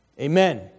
Amen